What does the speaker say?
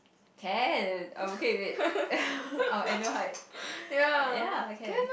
can I'm okay with it our annual hike ya can